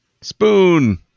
Spoon